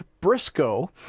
Briscoe